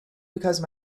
because